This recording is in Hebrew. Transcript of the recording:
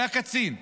היה קצין,